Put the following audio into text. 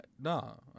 No